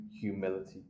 humility